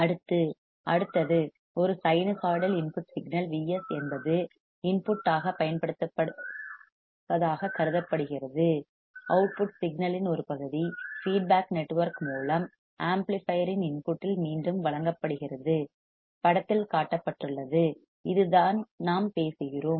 அடுத்து அடுத்தது ஒரு சைனூசாய்டல் இன்புட் சிக்னல் Vs என்பது இன்புட் ஆகப் பயன்படுத்தப்படுவதாக கருதப்படுகிறது அவுட்புட் சிக்னல் இன் ஒரு பகுதி ஃபீட்பேக் நெட்வொர்க் மூலம் ஆம்ப்ளிபையர் இன் இன்புட்டில் மீண்டும் வழங்கப்படுகிறது படத்தில் காட்டப்பட்டுள்ளது இதுதான் நாம் பேசுகிறோம்